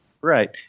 right